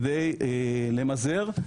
כדי למזער.